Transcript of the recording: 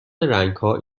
رنگها